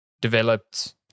developed